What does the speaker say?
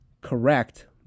correct